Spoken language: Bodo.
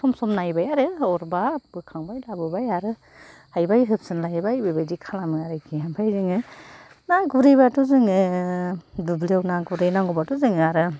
सम सम नाबाय आरो अरबा बोखांबाय लाबोबाय आरो हायबाय होफिनलायबाय बेबादि खालामो आरिखि ओमफ्राय जोङो ना गुरहैबाथ' जोङो दुब्लियाव ना गुरहैनांगौबाथ' जोङो आरो